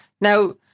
Now